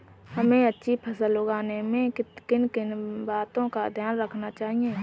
हमें अच्छी फसल उगाने में किन किन बातों का ध्यान रखना चाहिए?